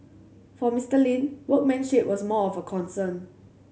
for Mister Lin workmanship was more of a concern